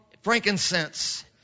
frankincense